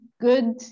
good